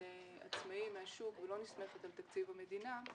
עצמאי מהשוק ולא נסמכת על תקציב המדינה,